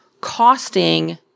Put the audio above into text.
costing